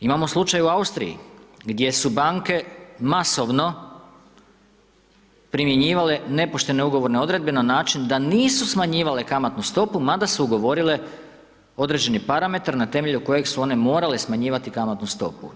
Imamo slučajeve u Austriji, gdje su banke masovno primjenjivale nepoštene ugovorne obveze, na način, da nisu smanjivale kamatnu stopu, mada su ugovorile određeni parametar, na temelju kojeg su one morale smanjivati kamatnu stopu.